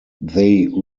they